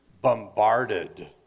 bombarded